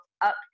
up